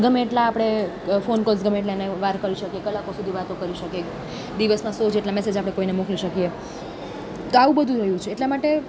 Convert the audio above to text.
ગમે એટલા આપણે ફોન કોલ્સ ગમે એટલા એને વાર કરી શકીએ કલાકો સુધી વાતો કરી શકે દિવસના સો જેટલા મેસેજ આપણે કોઈને મોકલી શકીએ તો આવું બધુ રહ્યું છે એટલા માટે